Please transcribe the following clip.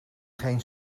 geen